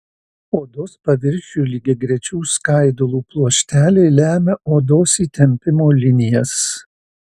odos paviršiui lygiagrečių skaidulų pluošteliai lemia odos įtempimo linijas